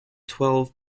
twelve